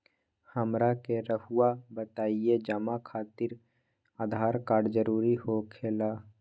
हमरा के रहुआ बताएं जमा खातिर आधार कार्ड जरूरी हो खेला?